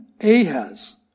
Ahaz